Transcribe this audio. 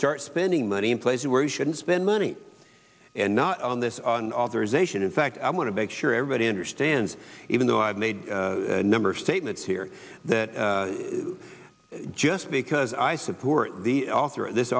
start spending money in places where we shouldn't spend money and not on this on authorization in fact i want to make sure everybody understands even though i've made a number of statements here that just because i support the author of this